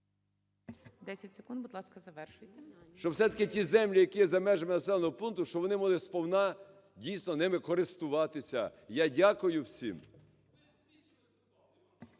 …щоб все-таки ті землі, які є за межами населеного пункту, щоб вони могли сповна, дійсно, ними користуватися Я дякую всім.